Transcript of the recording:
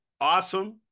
awesome